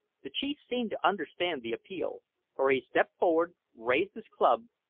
the chief seemed to understand the appeal for he stepped forward, raised his club,